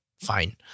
Fine